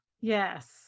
Yes